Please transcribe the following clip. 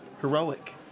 Heroic